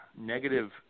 negative